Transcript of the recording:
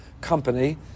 company